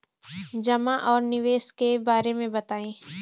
जमा और निवेश के बारे मे बतायी?